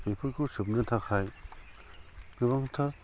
बिफोरखौ सोबनो थाखाय गोबांथार